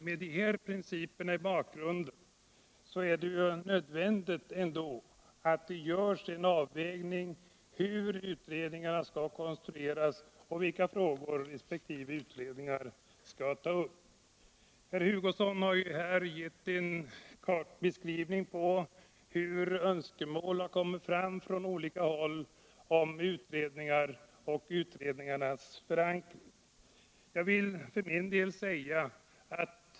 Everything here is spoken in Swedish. Med dessa principer i bakgrunden är det givetvis ändå nödvändigt att det görs en avvägning av hur utredningarna skall konstrueras och vilka frågor resp. utredningar skall ta upp. Herr Hugosson har ju här gett en beskrivning av hur önskemål har kommit från olika håll om utredningar och utredningarnas förankring.